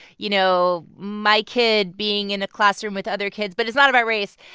you know, my kid being in a classroom with other kids. but it's not about race.